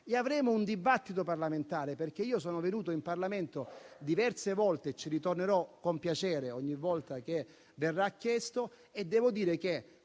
Avremo poi un dibattito parlamentare. Io sono venuto in Parlamento diverse volte e ci ritornerò con piacere ogni volta che verrà chiesto. Devo dire che